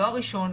לא הראשון,